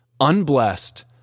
unblessed